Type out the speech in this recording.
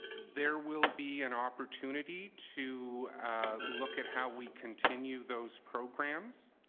there will be an opportunity to look at how we continue those programs.